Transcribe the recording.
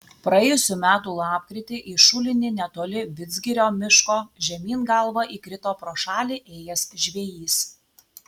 praėjusių metų lapkritį į šulinį netoli vidzgirio miško žemyn galva įkrito pro šalį ėjęs žvejys